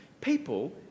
people